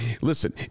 Listen